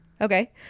Okay